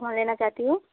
कौन लेना चाहती हो